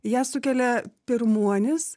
ją sukelia pirmuonys